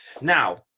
Now